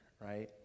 right